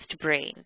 brain